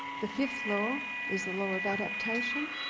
the fifth law is the law of adaptation.